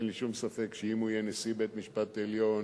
אין לי שום ספק שאם הוא יהיה נשיא בית-המשפט העליון